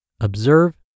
Observe